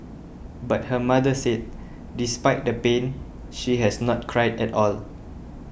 but her mother said despite the pain she has not cried at all